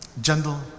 gentle